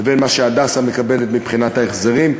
לבין מה ש"הדסה" מקבל מבחינת ההחזרים.